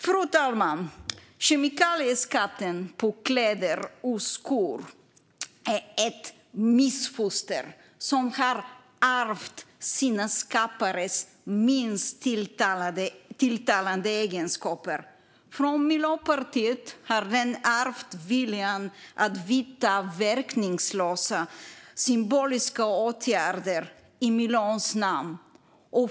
Fru talman! Kemikalieskatten på kläder och skor är ett missfoster som har ärvt sina skapares minst tilltalande egenskaper. Från Miljöpartiet har det ärvt viljan att vidta verkningslösa symboliska åtgärder i miljöns namn.